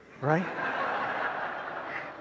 right